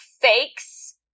fakes